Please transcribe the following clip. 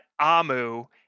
Amu